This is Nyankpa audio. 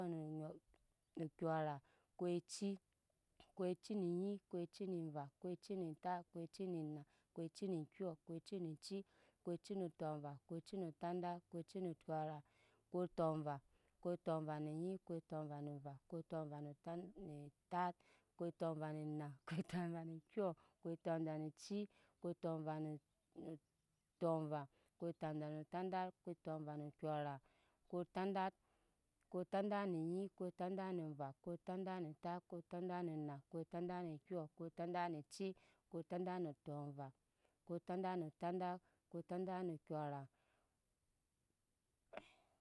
No n no kyɔra, koici, koici ne nyi, koice ne va, koici ne tat, koici neva, koici ne kyo, koici ne cii, koicine tɔmva, koici ne tɔndat, koici ne kyɔra, ko tɔmva, ko tɔm va ne nyi, ko tɔmva ne va, kotɔmva ne dondat tat, ko tɔmva ne na. ko tomva kyɔ, kotɔmva ne cii, kotɔmva ne tɔmva, ko tɔmva ne tøndat, kotɔmva ne kyɔ ra, ko todat, kotɔmva me kyɔ ra, ko todat, ko tomva ne kyɔ ra, ko todat ko tɔmdat ne nyi, ko tɔndat ne va, ko tɔnda ne tat, ko tondat ne na, ko tɔndat ne kyɔ, ko tɔmva, ko tcntɔndat no tɔndat, ko tɔndt ne kyɔra